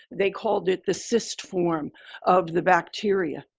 they called it the cyst form of the bacteria.